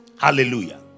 Hallelujah